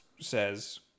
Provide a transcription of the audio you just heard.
says